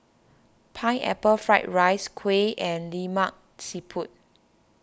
Pineapple Fried Rice Kuih and Lemak Siput